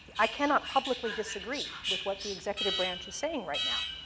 i cannot publicly disagree with what the executive branch is saying right now.